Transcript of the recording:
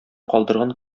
калдырган